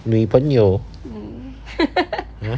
女朋友